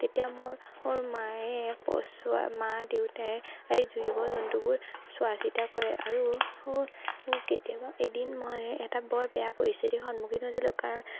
তেতিয়া মোৰ মোৰ মায়ে চোৱা মা দেউতাই এই জীৱ জন্তুবোৰ চোৱা চিতা কৰে আৰু কেতিয়াবা এদিন মই এটা বৰ বেয়া পৰিস্থিতিৰ সন্মুখীন হৈছিলোঁ কাৰণ